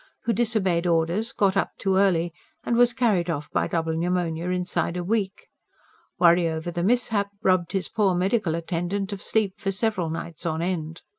who disobeyed orders got up too early and was carried off by double pneumonia inside a week worry over the mishap robbed his poor medical attendant of sleep for several nights on end.